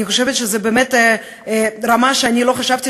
אני חושבת שזו באמת רמה שאני לא חשבתי